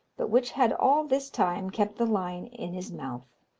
but which had all this time kept the line in his mouth.